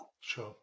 Sure